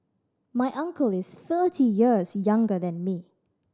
my uncle is thirty years younger than me